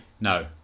No